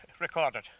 recorded